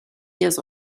years